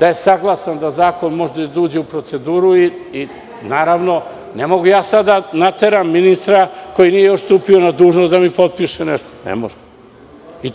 da je saglasan da zakon može da uđe u proceduru. Naravno, ne mogu da nateram ministra, koji nije stupio na dužnost, da mi potpiše nešto. Ne može.